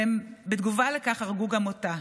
והם בתגובה לכך הרגו גם אותה.